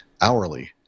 hourly